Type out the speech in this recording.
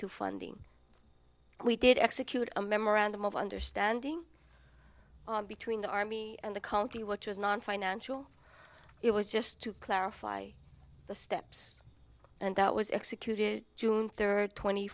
to funding we did execute a memorandum of understanding between the army and the county which was nonfinancial it was just to clarify the steps and that was executed june third tw